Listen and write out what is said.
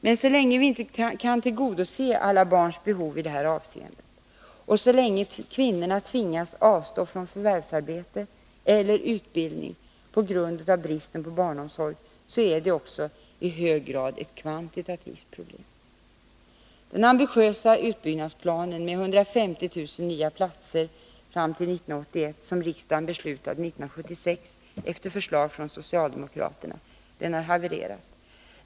Men så länge vi inte kan tillgodose alla barns behov i det här avseendet, och så länge kvinnor tvingas avstå från förvärvsarbete eller utbildning på grund av bristen på barnomsorg, så är det också i hög grad ett kvantitativt problem. Den ambitiösa utbyggnadsplan med 150 000 nya platser fram till 1981 som riksdagen beslutade 1976 efter förslag från socialdemokraterna har havererat.